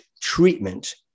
treatment